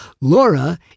Laura